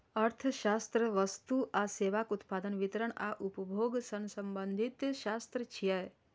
अर्थशास्त्र वस्तु आ सेवाक उत्पादन, वितरण आ उपभोग सं संबंधित शास्त्र छियै